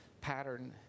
pattern